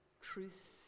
truth